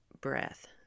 breath